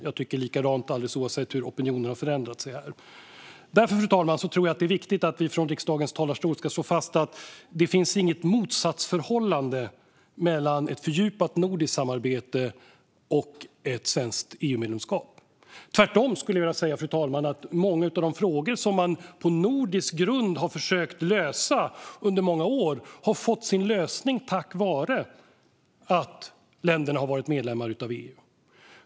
Jag tycker likadant alldeles oavsett hur opinionen har förändrat sig. Fru talman! Därför tror jag att det är viktigt att vi från riksdagens talarstol slår fast att det inte finns något motsatsförhållande mellan ett fördjupat nordiskt samarbete och ett svenskt EU-medlemskap. Tvärtom skulle jag vilja säga att många av de frågor som man på nordisk grund har försökt lösa under många år har fått sin lösning tack vare att länderna har varit medlemmar i EU.